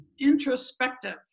introspective